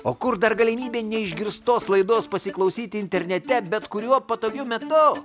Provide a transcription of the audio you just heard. o kur dar galimybė neišgirstos laidos pasiklausyti internete bet kuriuo patogiu metu